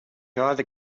either